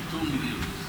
פטור מגיוס.